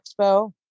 Expo